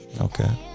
Okay